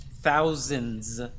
thousands